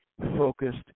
focused